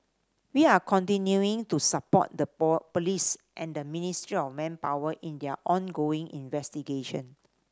we are continuing to support the police and the Ministry of Manpower in their ongoing investigation